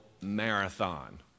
marathon